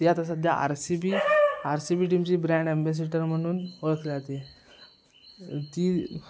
ती आता सध्या R C B R C B टीमची ब्रँड अंबॅसिटर म्हणून ओळखली जाते